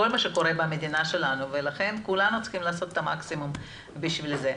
כל מה שקורה במדינה שלנו ולכן כולנו צריכים לעשות את המקסימום לכך.